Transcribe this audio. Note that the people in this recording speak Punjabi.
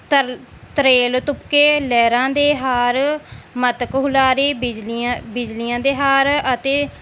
ਤਰ ਤਰੇਲ ਤੁਪਕੇ ਲਹਿਰਾਂ ਦੇ ਹਾਰ ਮਤਕ ਹੁਲਾਰੇ ਬਿਜਲੀਆਂ ਬਿਜਲੀਆਂ ਦੇ ਹਾਰ ਅਤੇ